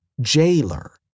Jailer